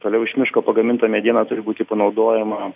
toliau iš miško pagaminta mediena turi būti panaudojama